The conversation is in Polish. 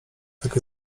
takie